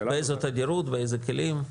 באיזו תדירות, באיזה כלים?